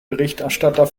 berichterstatter